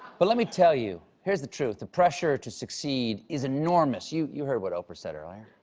but let me tell you, here is the truth. the prshure to succeed is enormous. you you heard what oprah said earlier.